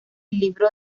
libro